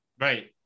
Right